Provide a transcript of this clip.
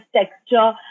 texture